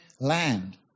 land